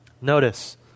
Notice